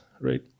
right